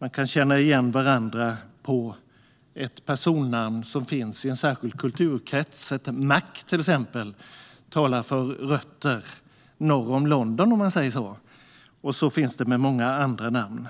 Man kan känna igen varandra på ett personnamn som finns i en särskild kulturkrets. Till exempel talar Mac för rötter från norr om London, och så är det även med många andra namn.